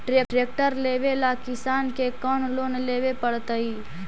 Tractor लेवेला किसान के कौन लोन लेवे पड़तई?